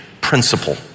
principle